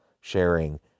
sharing